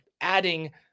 adding